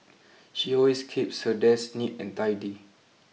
she always keeps her desk neat and tidy